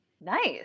Nice